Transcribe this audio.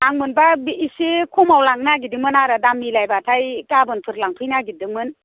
आं मोनबा एसे खमाव लानो नागिरदोंमोन आरो दाम मिलायब्लाथाय गाबोनफोर लांफैनो नागिरदोंमोन